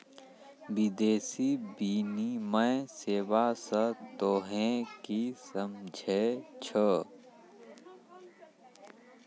विदेशी विनिमय सेवा स तोहें कि समझै छौ